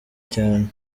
cyane